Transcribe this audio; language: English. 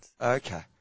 Okay